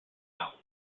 album